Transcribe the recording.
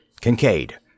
Kincaid